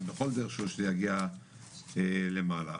בכל דרך שיגיע למעלה.